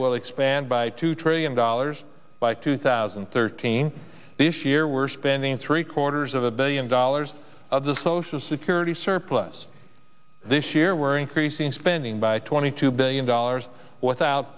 will expand by two trillion dollars by two thousand and thirteen this year we're spending three quarters of a billion dollars of the social security surplus this year we're increasing spending by twenty two billion dollars without